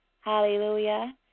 Hallelujah